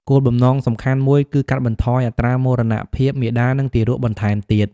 គោលបំណងសំខាន់មួយគឺកាត់បន្ថយអត្រាមរណភាពមាតានិងទារកបន្ថែមទៀត។